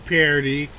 Parody